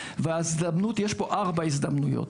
פה ארבע הזדמנויות.